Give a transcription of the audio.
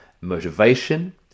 motivation